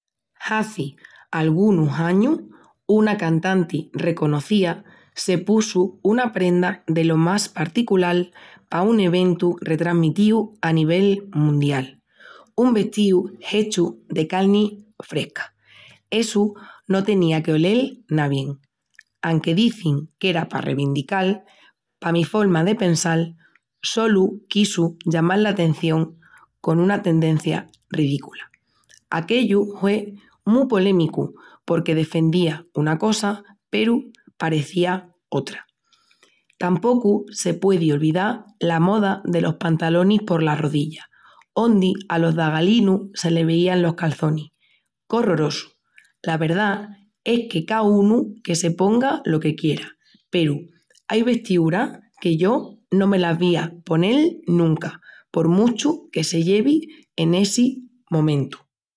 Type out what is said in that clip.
Hazi algunus añus, una cantanti reconocía se pusu una prenda delo más particulal pa un eventu retrasmitíu a nivel mundial. Un vestíu hechu de calni fresca. Essu no tenía qu'olel na bien. Anque dizin qu'era pa revindical, pa mi folma de pensal, solu quisu llamal l'atención con una tendencia ridícula. Aquellu hue mu polémicu, porque defenzía una cosa, peru parecía otra. Tampocu se puedi olvidá la moda delos pantalonis polas rodillas, ondi alos zagalinus se les veían los calçonis. Qu'orrorosu! La verdá es que caúnu que se ponga lo que quiera, peru ai vestiúras que yo no me las vi a ponel nunca por muchu que se llevi en essi momentu.